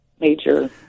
major